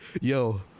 yo